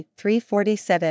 347